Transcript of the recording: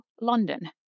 London